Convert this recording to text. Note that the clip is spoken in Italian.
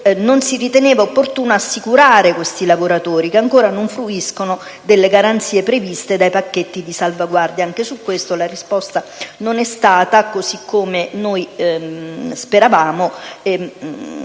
non si ritenesse opportuno assicurare questi lavoratori che ancora non fruiscono delle garanzie previste dai pacchetti di salvaguardia. Anche al riguardo la risposta non è stata sufficientemente